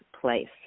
place